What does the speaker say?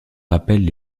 rappellent